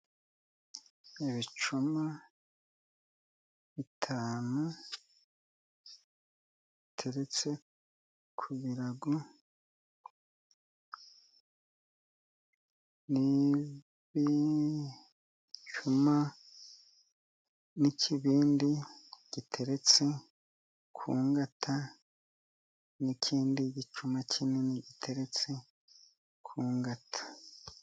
Ibicuma bitanu biteretse ku birago. N'igicuma n'ikibindi giteretse ku ngata, n'ikindi gicuma kinini giteretse ku ngata.